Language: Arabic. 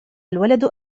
الولد